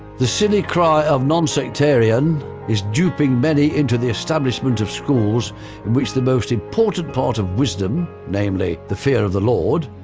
the silly cry of non-sectarian is duping many into the establishment of schools in which the most important part of wisdom, namely the fear of the lord,